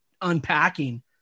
unpacking